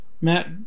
Matt